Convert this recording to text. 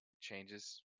changes